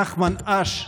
נחמן אש.